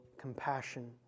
compassion